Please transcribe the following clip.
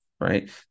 Right